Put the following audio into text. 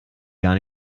gar